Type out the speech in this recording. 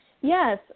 Yes